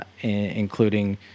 including